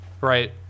Right